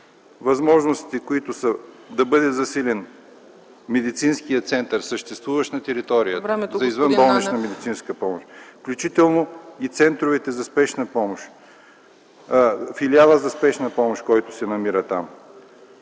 възможности – да бъда засилен медицинският център, съществуващ на територията, за извънболнична медицинска помощ, включително и центровете за спешна медицинска помощ, филиала за спешна помощ, който се намира там,